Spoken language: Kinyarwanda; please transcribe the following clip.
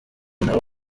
nabo